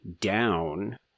down